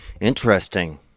Interesting